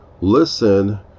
listen